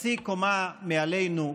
חצי קומה מעלינו,